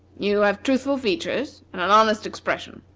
you have truthful features, and an honest expression,